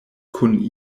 kun